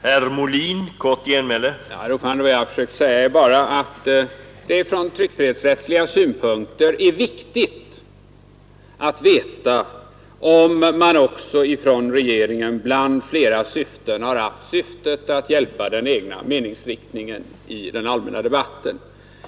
Herr talman! Vad jag försökt säga är att det från tryckfrihetsrättsliga synpunkter är viktigt att veta om regeringen bland flera syften också haft syftet att hjälpa den egna meningsriktningen i den allmänna debatten.